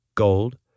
gold